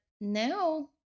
now